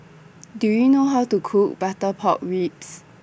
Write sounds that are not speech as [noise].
[noise] Do YOU know How to Cook Butter Pork Ribs